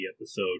episode